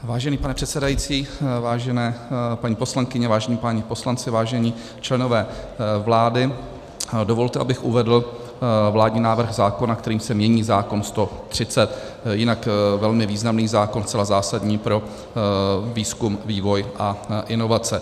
Vážený pane předsedající, vážené paní poslankyně, vážení páni poslanci, vážení členové vlády, dovolte, abych uvedl vládní návrh zákona, kterým se mění zákon č. 130, jinak velmi významný zákon, zcela zásadní pro výzkum, vývoj a inovace.